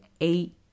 eight